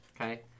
Okay